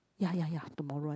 ya ya ya tomorrow